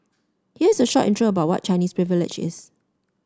here is a short intro about what Chinese Privilege is